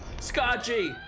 Scotchy